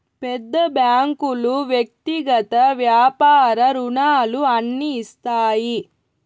పెద్ద బ్యాంకులు వ్యక్తిగత వ్యాపార రుణాలు అన్ని ఇస్తాయి